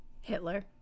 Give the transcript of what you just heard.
Hitler